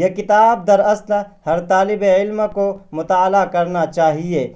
یہ کتاب در اصل ہر طالب علم کو مطالعہ کرنا چاہیے